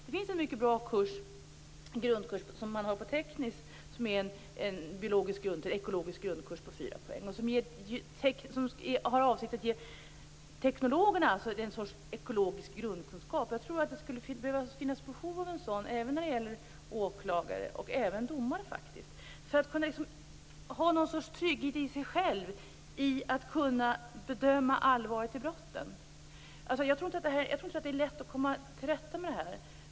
Det finns en mycket bra grundkurs på Tekniska högskolan. Det är en ekologisk grundkurs på 4 poäng som är avsedd att ge teknologerna ett slags ekologisk grundkunskap. Jag tror att det finns behov av en sådan även när det gäller åklagare och domare. Det behövs för att man skall ha ett slags trygghet i sig själv att kunna bedöma allvaret i brotten. Jag tror inte att det är lätt att komma till rätta med det här.